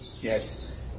yes